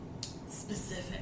specific